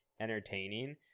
entertaining